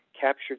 captured